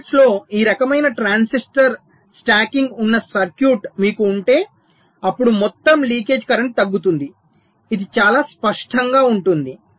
సిరీస్లో ఈ రకమైన ట్రాన్సిస్టర్ స్టాకింగ్ ఉన్న సర్క్యూట్ మీకు ఉంటే అప్పుడు మొత్తం లీకేజ్ కరెంట్ తగ్గుతుంది ఇది చాలా స్పష్టంగా ఉంటుంది